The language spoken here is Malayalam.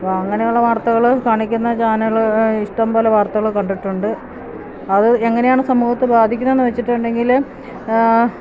അപ്പോള് അങ്ങനെയുള്ള വാർത്തകള് കാണിക്കുന്ന ചാനല് ഇഷ്ടം പോലെ വാർത്തകള് കണ്ടിട്ടുണ്ട് അത് എങ്ങനെയാണ് സമൂഹത്തെ ബാധിക്കുന്നതെന്ന് വെച്ചിട്ടുണ്ടെങ്കില്